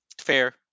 Fair